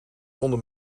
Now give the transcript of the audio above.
onder